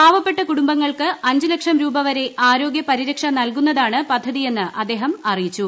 പാവപ്പെട്ട കുടുംബങ്ങൾക്ക് അഞ്ച് ലക്ഷം രൂപ വരെ ആരോഗ്യ പരിരക്ഷ നൽകുന്നതാണ് പദ്ധതിയെന്ന് അദ്ദേഹം അറിയിച്ചു